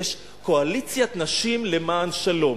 יש "קואליציית נשים לשלום".